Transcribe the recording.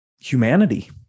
humanity